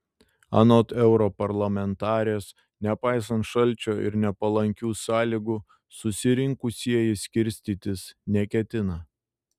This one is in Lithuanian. anot europarlamentarės nepaisant šalčio ir nepalankių sąlygų susirinkusieji skirstytis neketina